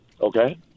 Okay